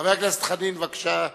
חבר הכנסת חנין, בבקשה.